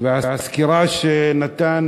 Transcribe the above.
את הסקירה שהוא נתן